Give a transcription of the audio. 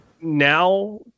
now